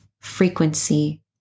frequency